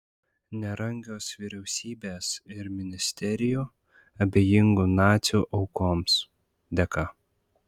nerangios vyriausybės ir ministerijų abejingų nacių aukoms dėka